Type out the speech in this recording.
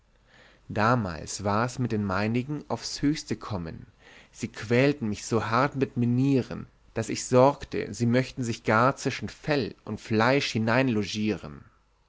damals war es mit den meinigen aufs höchste kommen sie quäleten mich so hart mit minieren daß ich sorgte sie möchten sich gar zwischen fell und fleisch